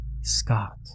Scott